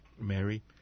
Mary